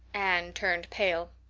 anne turned pale,